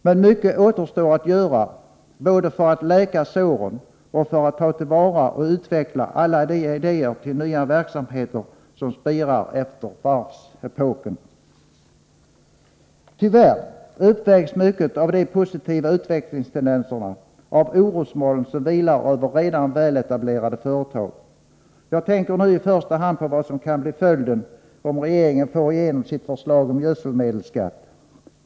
Men mycket återstår att göra både för att läka såren och för att ta till vara och utveckla alla de idéer till nya verksamheter som spirar efter varvsepoken. Tyvärr uppvägs mycket av de positiva utvecklingstendenserna av orosmoln som vilar över redan väl etablerade företag. Jag tänker nu i första hand på vad som kan bli följden om regeringen får igenom sitt förslag om gödselmedelsskatt.